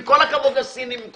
עם כל הכבוד לסינים,